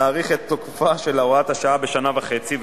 להאריך את תוקפה של הוראת השעה בשנה וחצי,